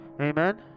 amen